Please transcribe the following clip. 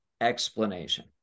explanation